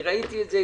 אני ראיתי את זה,